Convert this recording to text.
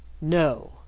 no